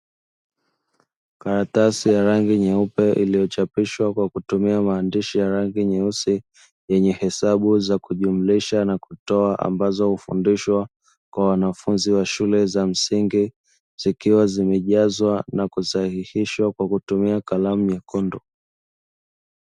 Karatasi ya rangi nyeupe iliyochapishwa kwa kutumia maandishi ya rangi nyeusi, yenye hesabu za kujumlisha na kutoa ambazo hufundishwa kwa wanafunzi wa shule za msingi, zikiwa zimejazwa na kusaihishwa kwa kutumia kalamu nyekundu.